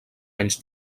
anys